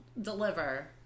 deliver